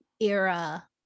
era